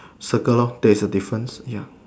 circle lor that is a difference ya